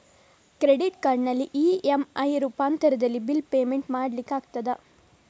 Credit ಕಾರ್ಡಿನಲ್ಲಿ EMI ರೂಪಾಂತರದಲ್ಲಿ bill payment ಮಾಡ್ಲಿಕ್ಕೆ ಆಗ್ತದ?